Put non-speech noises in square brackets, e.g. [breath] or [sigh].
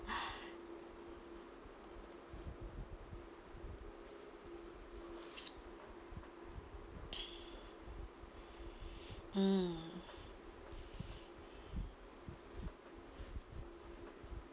[breath] mm